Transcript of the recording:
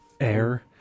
Air